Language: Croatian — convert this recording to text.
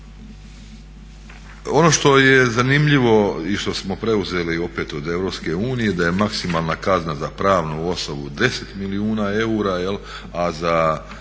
Ono što je zanimljivo i što smo preuzeli opet od Europske unije da je maksimalna kazna za pravnu osobu 10 milijuna eura a za